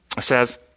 says